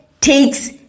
takes